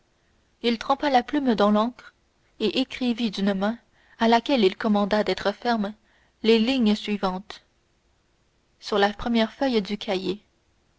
il trempa la plume dans l'encre et écrivit d'une main à laquelle il commanda d'être ferme les lignes suivantes sur la première feuille du cahier